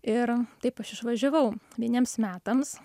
ir taip aš išvažiavau vieniems metams